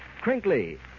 crinkly